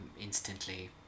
Instantly